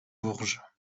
bourges